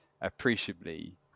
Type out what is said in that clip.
appreciably